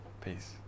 Peace